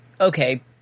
okay